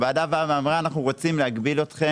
הוועדה באה ואמרה שהיא רוצה להגביל אותנו